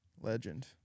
Legend